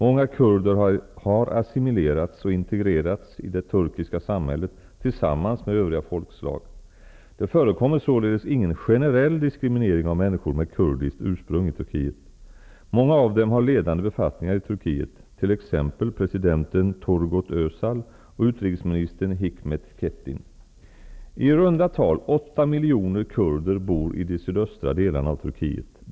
Många kurder har assimilerats och integrerats i det turkiska samhället tillsammans med övriga folkslag. Det förekommer således ingen generell diskriminering av människor med kurdiskt ursprung i Turkiet. Många av dem har ledande befattningar i Turkiet, t.ex. presidenten Turgut I runda tal 8 miljoner kurder bor i de sydöstra delarna av Turkiet.